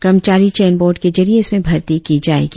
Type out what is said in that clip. कर्मचारी चयन बोर्ड के जरिए इसमें भर्ती की जाएगी